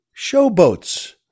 showboats